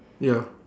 ya